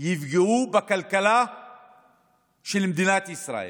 יפגעו בכלכלה של מדינת ישראל,